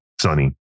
sunny